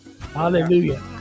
Hallelujah